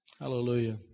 Hallelujah